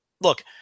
look